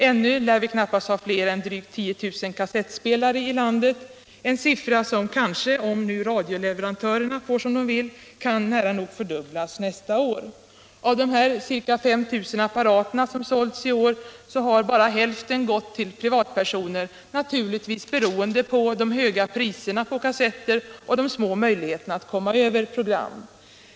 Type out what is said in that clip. Ännu lär vi knappast ha fler än drygt 10000 kassettspelare i landet, en siffra som kanske, om radioleverantörerna får som de vill, nära nog kan fördubblas nästa år. Av de ca 5 000 apparater som sålts i år har bara hälften gått till privatpersoner, naturligtvis beroende på de höga priserna på kassetter och de små möjligheterna att komma över inspelade program.